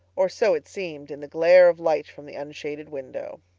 or so it seemed in the glare of light from the unshaded window.